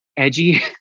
edgy